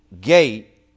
gate